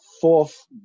fourth